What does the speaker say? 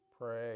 pray